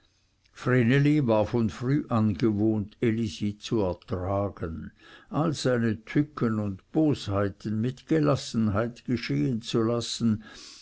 war von früh an gewohnt elisi zu ertragen alle seine tücken und bosheiten mit gelassenheit geschehen zu lassen